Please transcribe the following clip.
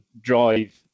drive